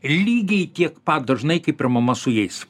lygiai tiek pagal dažnai kaip ir mama su jais